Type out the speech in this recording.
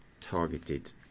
targeted